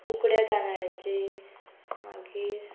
उकड्या तांदळ्याची मागीर